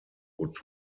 would